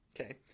okay